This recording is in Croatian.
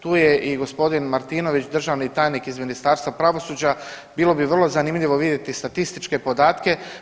Tu je i gospodin Martinović, državni tajnik iz Ministarstva pravosuđa, bilo bi vrlo zanimljivo vidjeti statističke podatke.